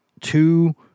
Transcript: two